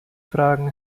fragen